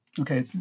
Okay